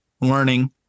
learning